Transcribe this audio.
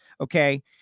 Okay